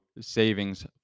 savings